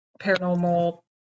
paranormal